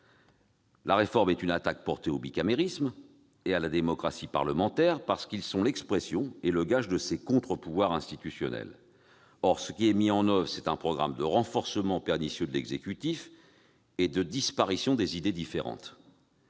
La réforme est une attaque portée au bicamérisme et à la démocratie parlementaire, parce qu'ils sont l'expression et le gage des contre-pouvoirs institutionnels. Car ce qui est mis en oeuvre, c'est un programme de renforcement pernicieux de l'exécutif et de disparition des idées différentes.